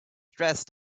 dressed